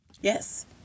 yes